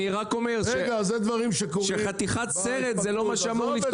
אני רק אומר שחתיכת סרט זה לא מה שאמור לפתור